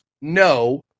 no